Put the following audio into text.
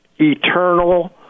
eternal